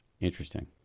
Interesting